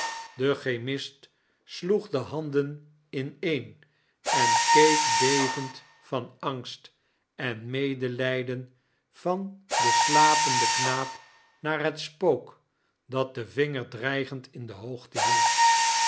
de chemist sloeg de handen ineen en keek bevend van angst en medelijden van den slapenden knaap naar het spook dat diem vinger dreigend in de hoogte hield